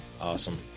Awesome